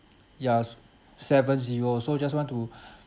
ya s~ seven zero so just want to